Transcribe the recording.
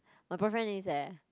my boyfriend is eh